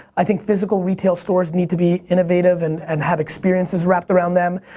i think physical retail stores need to be innovative and and have experiences wrapped around them.